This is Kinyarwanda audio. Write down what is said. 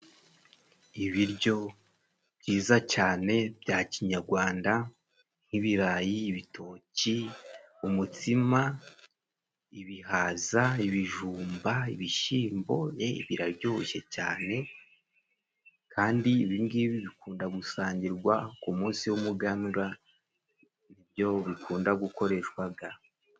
Ibiryo byiza cyane bya kinyagwanda nk'ibirayi ,ibitoki, umutsima, ibihaza, ibijumba ,ibishyimbo ye biraryoshye cyane kandi ibi ngibi bikunda gusangirwa ku munsi w'umuganura nibyo bikunda gukoreshwaga.